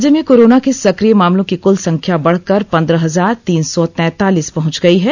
राज्य में कोरोना के सक्रिय मामलों की कुल संख्या बढ़कर पंद्रह हजार तीन सौ तैंतालीस पहुंच गई है